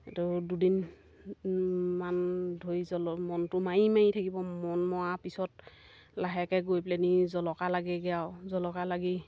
এইটো দুদিনমান ধৰি মনটো মাৰি মাৰি থাকিব মন মৰা পিছত লাহেকৈ গৈ পেলাইনি জলকা লাগেগৈ আৰু জলকা লাগি